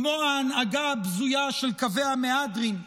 כמו ההנהגה הבזויה של קווי המהדרין,